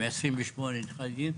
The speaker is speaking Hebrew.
עם 28 נכדים.